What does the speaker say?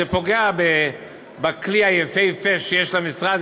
זה פוגע בכלי היפהפה שיש למשרד,